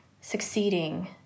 succeeding